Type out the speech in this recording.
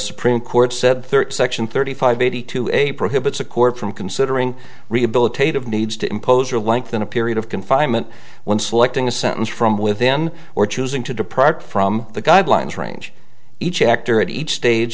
supreme court said thirty section thirty five eighty two a prohibits the court from considering rehabilitative needs to impose or lengthen a period of confinement when selecting a sentence from within or choosing to depart from the guidelines range each ac